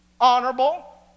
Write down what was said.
honorable